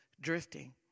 drifting